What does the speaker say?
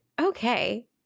Okay